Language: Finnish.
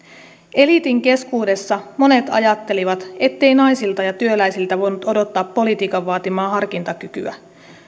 eliitin keskuudessa monet ajattelivat ettei naisilta ja työläisiltä voinut odottaa politiikan vaatimaa harkintakykyä